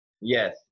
Yes